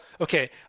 okay